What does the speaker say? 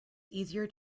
easier